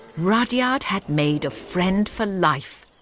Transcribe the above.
rudyard had made a friend for life.